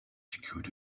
secured